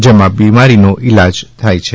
જેમાં બિમારીનો ઈલાજ થાય છે